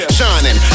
Shining